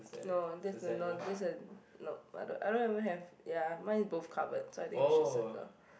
no that's a non that's a nope I don't I don't even have ya mine is both cupboard so I think you should circle